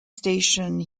station